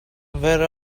where